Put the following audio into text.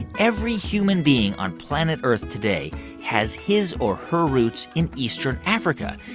every human being on planet earth today has his or her roots in eastern africa.